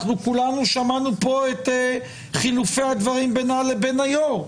כולנו שמענו את חילופי הדברים בינה לבין היושב-ראש,